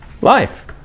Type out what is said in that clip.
life